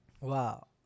Wow